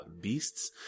beasts